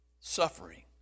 suffering